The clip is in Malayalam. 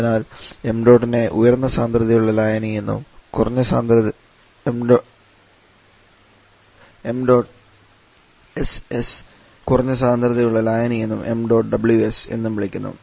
അതിനാൽ ṁ നെ ഉയർന്ന സാന്ദ്രതയുള്ള ലായനി എന്നും ṁss കുറഞ്ഞ സാന്ദ്രതയുള്ള ലായനി എന്നും ṁws എന്നും വിളിക്കുന്നു